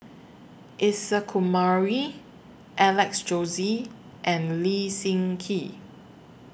Isa Kamari Alex Josey and Lee Seng Gee